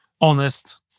honest